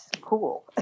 cool